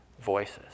voices